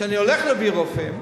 כשאני הולך להביא רופאים,